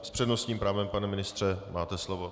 S přednostním právem, pane ministře, máte slovo.